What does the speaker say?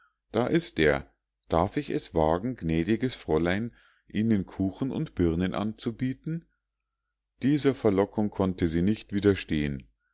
da ist er darf ich es wagen gnädiges fräulein ihnen kuchen und birnen anzubieten dieser verlockung konnte sie nicht widerstehen